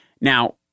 Now